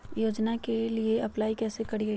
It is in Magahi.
योजनामा के लिए अप्लाई कैसे करिए?